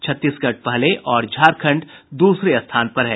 छत्तीसगढ़ पहले और झारखंड दूसरे स्थान पर है